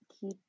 keep